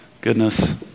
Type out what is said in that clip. Goodness